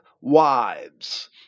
wives